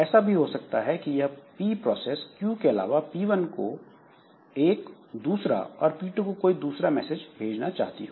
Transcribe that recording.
ऐसा भी हो सकता है कि यह P प्रोसेस Q के अलावा P1 को एक दूसरा और P2 को कोई दूसरा मैसेज भेजना चाहती हो